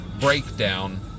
breakdown